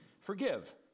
forgive